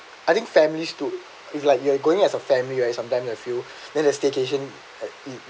I think family's too it's like you are going as a family right sometimes I feel then a staycation